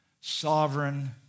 sovereign